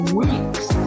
week's